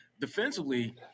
defensively